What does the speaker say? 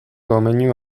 domeinu